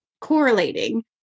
correlating